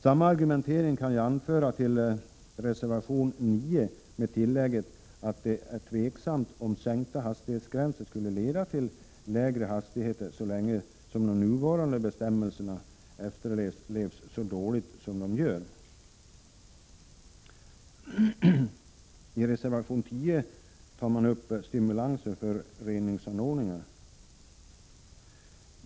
Samma argumentering kan jag anföra beträffande reservation 9, men jag vill tillägga att det är tvivelaktigt huruvida sänkta hastighetsgränser skulle leda till lägre hastighet, så länge de nuvarande bestämmelserna efterlevs så dåligt som i dag är fallet. I reservation 10 tar man upp stimulanser för reningsanordningar.